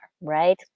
right